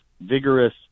vigorous